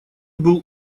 был